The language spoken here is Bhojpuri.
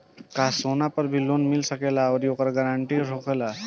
का सोना पर भी लोन मिल सकेला आउरी ओकर गारेंटी होखेला का?